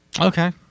Okay